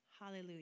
Hallelujah